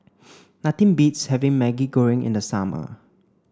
nothing beats having Maggi Goreng in the summer